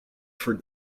for